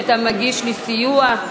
שאתה מגיש לי סיוע.